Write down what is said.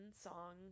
song